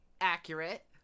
accurate